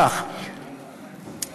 כך: "(א)